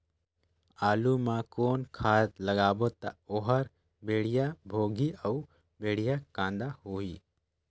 आलू मा कौन खाद लगाबो ता ओहार बेडिया भोगही अउ बेडिया कन्द होही?